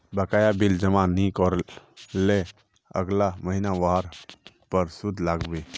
बकाया बिल जमा नइ कर लात अगला महिना वहार पर सूद लाग बे